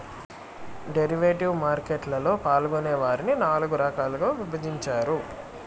derivative market లలో పాల్గొనే వారిని నాల్గు రకాలుగా విభజించారు